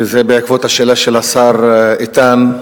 וזה בעקבות השאלה של השר איתן,